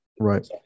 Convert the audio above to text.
right